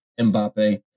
Mbappe